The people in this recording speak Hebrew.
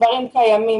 הדברים קיימים.